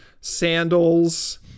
sandals